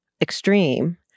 extreme